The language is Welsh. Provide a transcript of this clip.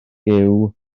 gyw